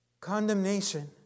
condemnation